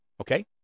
Okay